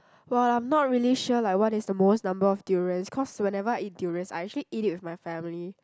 but I'm not really sure like what is the most number of durians cause whenever I eat durians I actually eat it with my family